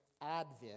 advent